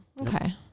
Okay